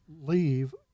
leave